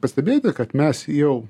pastebėti kad mes jau